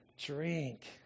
drink